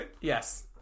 Yes